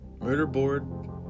murderboard